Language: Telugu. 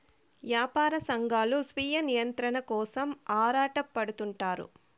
యాపార సంఘాలు స్వీయ నియంత్రణ కోసం ఆరాటపడుతుంటారు